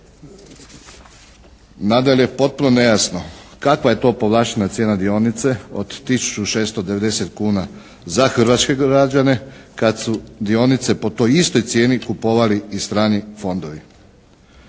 Nadalje je potpuno nejasno kakva je to povlaštena cijena dionice od 1690 godina za hrvatske građane kad su dionice po toj istoj cijeni kupovali i strani fondovi.